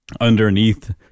underneath